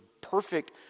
perfect